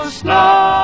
snow